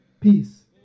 peace